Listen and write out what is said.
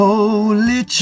Holy